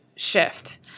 shift